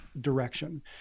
direction